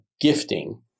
gifting